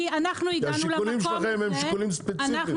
כי השיקולים שלכם הם שיקולים ספציפיים.